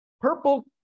Purple